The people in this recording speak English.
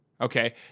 Okay